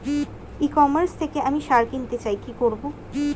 ই commerce থেকে আমি সার কিনতে চাই কি করব?